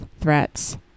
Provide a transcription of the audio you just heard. threats